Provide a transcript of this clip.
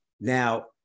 Now